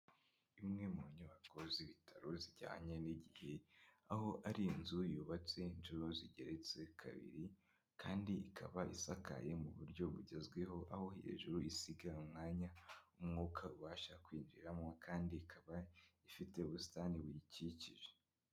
Imwe mu nyubako z'ibitaro zijyanye n'igihe, aho ari inzu yubatse inshuro zigeretse kabiri, kandi ikaba isakaye mu buryo bugezweho, aho hejuru isiga umwanya w'umwuka ubasha kwinjiramo kandi ikaba ifite ubusitani buyikikije.